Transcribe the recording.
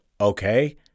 okay